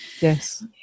yes